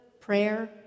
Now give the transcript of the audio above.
prayer